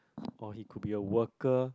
or he could be a worker